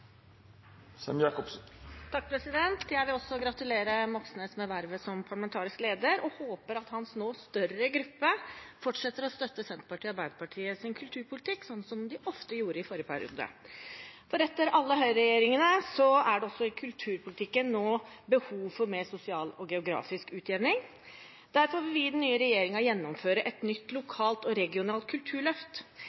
Jeg vil også gratulere Moxnes med vervet som parlamentarisk leder og håper at hans nå større gruppe fortsetter å støtte Senterpartiet og Arbeiderpartiets kulturpolitikk, sånn som de ofte gjorde i forrige periode. For etter alle høyreregjeringene er det også i kulturpolitikken nå behov for mer sosial og geografisk utjevning. Derfor vil den nye regjeringen gjennomføre et nytt